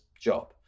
job